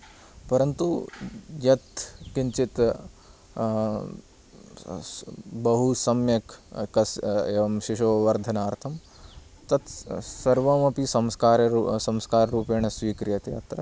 परन्तु यत् किञ्चित् बहु सम्यक् कस् एवं शिशोः वर्धनार्थं तत् सर्वमपि संस्काररू संस्काररूपेण स्वीक्रीयते अत्र